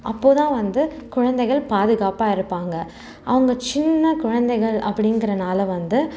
அப்போது தான் வந்து குழந்தைகள் பாதுகாப்பாக இருப்பாங்க அவங்க சின்ன குழந்தைகள் அப்பிடிங்கிறதுனால வந்து